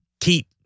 keep